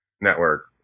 Network